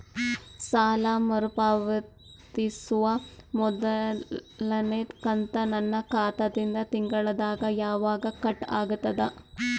ಸಾಲಾ ಮರು ಪಾವತಿಸುವ ಮೊದಲನೇ ಕಂತ ನನ್ನ ಖಾತಾ ದಿಂದ ತಿಂಗಳದಾಗ ಯವಾಗ ಕಟ್ ಆಗತದ?